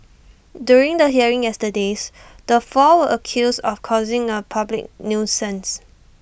during the hearing yesterday's the four were accused of causing A public nuisance